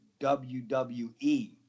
WWE